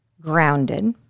grounded